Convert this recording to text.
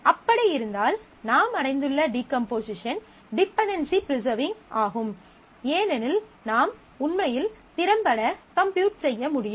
அப்படி இருந்தால் நாம் அடைந்துள்ள டீகம்போசிஷன் டிபென்டென்சி ப்ரிசர்விங் ஆகும் ஏனெனில் நாம் உண்மையில் திறம்பட கம்ப்யூட் செய்ய முடியும்